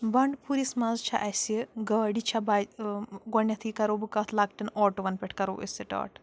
بَنٛڈٕ پوٗرِس منٛز چھےٚ اَسہِ گاڑِ چھےٚ بَے گۄڈٕنٮ۪تھٕے کَرو بہٕ کَتھ لۄکٹٮ۪ن آٹُوَن پٮ۪ٹھ کَرو أسۍ سِٹاٹ